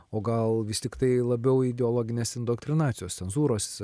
o gal vis tiktai labiau ideologinės indoktrinacijos cenzūros